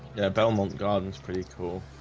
belmont gardens pretty cool